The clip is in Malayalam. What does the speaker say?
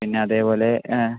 പിന്ന അതേപോലെ